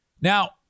Now